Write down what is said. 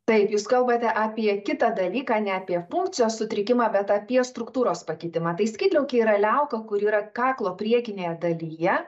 taip jūs kalbate apie kitą dalyką ne apie funkcijos sutrikimą bet apie struktūros pakitimą tai skydliaukė yra liauka kuri yra kaklo priekinėje dalyje